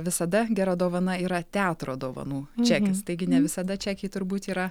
visada gera dovana yra teatro dovanų čekis taigi ne visada čekiai turbūt yra